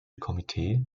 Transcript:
komitee